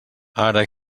ara